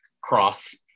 cross